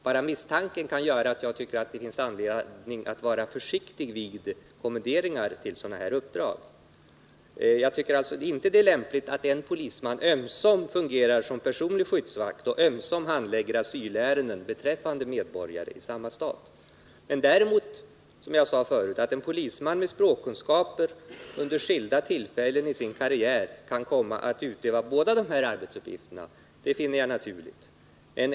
Bara det förhållandet gör att jag tycker det finns anledning att vara försiktig vid kommenderingar till sådana här uppdrag. Det är alltså inte lämpligt att en polisman ömsom fungerar som personlig skyddsvakt och ömsom handlägger asylärenden beträffande medborgare i samma stat. Att en polisman med språkkunskaper under skilda tillfällen i sin karriär kan komma att utöva båda dessa arbetsuppgifter finner jag däremot naturligt.